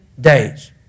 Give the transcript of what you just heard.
days